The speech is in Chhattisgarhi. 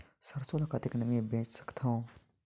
सरसो ल कतेक नमी मे बेच सकथव?